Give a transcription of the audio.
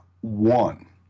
one